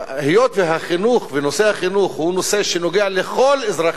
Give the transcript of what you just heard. היות שהחינוך ונושא החינוך נוגע בכל אזרח,